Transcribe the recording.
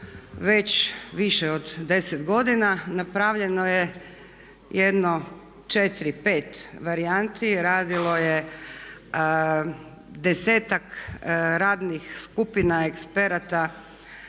već više od 10 godina. Napravljeno je jedno 4, 5 varijanti, radilo je 10-ak radnih skupina, eksperata